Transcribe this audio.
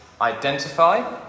identify